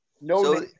No